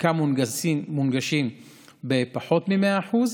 חלקם מונגשים בפחות ממאה אחוז,